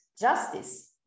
justice